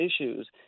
issues